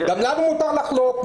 גם לנו מותר לחלוק.